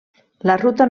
ruta